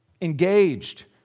engaged